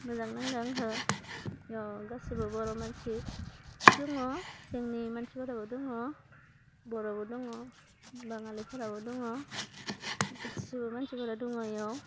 मोजां नांदों आंखौ बेयाव गासिबो बर' मानसि दङ जोंनि मानसिफोराबो दङ बर'बो दङ बाङालिफोराबो दङ गासिबो मानसिफोरा दङ बेयाव